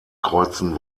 kreuzen